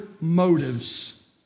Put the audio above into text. motives